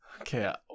okay